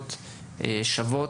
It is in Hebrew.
הזדמנויות שוות.